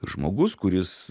žmogus kuris